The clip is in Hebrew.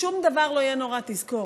שום דבר לא יהיה נורא, תזכור.